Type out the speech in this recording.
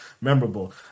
memorable